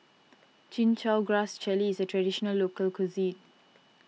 Chin Chow Grass Jelly is a Traditional Local Cuisine